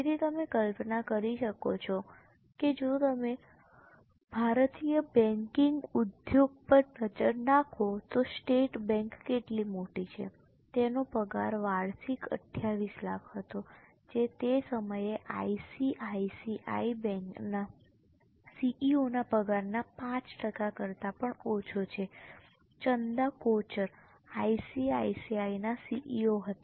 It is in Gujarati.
તેથી તમે કલ્પના કરી શકો છો કે જો તમે ભારતીય બેંકિંગ ઉદ્યોગ પર નજર નાખો તો સ્ટેટ બેંક કેટલી મોટી છે તેનો પગાર વાર્ષિક 28 લાખ હતો જે તે સમયે ICICI બેંકના CEOના પગારના 5 ટકા કરતા પણ ઓછો છે ચંદા કોચર ICICIના CEO હતા